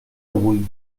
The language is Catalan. avui